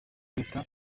leta